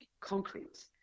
concrete